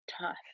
tough